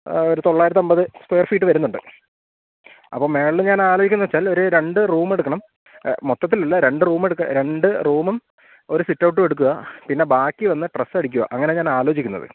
ഒരു തൊള്ളായിരത്തമ്പത് square feet വരുന്നുണ്ട് അപ്പ മേളില് ഞാൻ ആലോചിക്കുന്ന വെച്ചാൽ ഒരു രണ്ട് റൂമെടുക്കണം മൊത്തത്തിലല്ല രെണ്ട് റൂമെടുക്ക രെണ്ട് റൂമും ഒരു സിറ്റ്ഔട്ട് എടുക്കുക പിന്നെ ബാക്കി വന്ന് പ്രെസടിക്കുക അങ്ങനെ ഞാൻ ആലോചിക്കുന്നത്